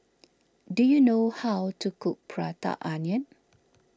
do you know how to cook Prata Onion